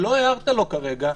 שלא הערת לו כרגע,